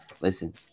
listen